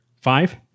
five